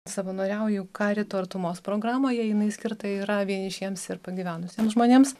savanoriauju karito artumos programoje jinai skirta yra vienišiems ir pagyvenusiems žmonėms